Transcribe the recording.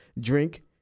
Drink